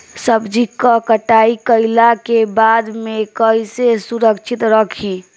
सब्जी क कटाई कईला के बाद में कईसे सुरक्षित रखीं?